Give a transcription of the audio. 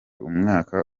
umwaka